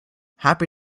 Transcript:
happy